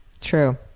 True